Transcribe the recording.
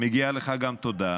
מגיעה גם לך תודה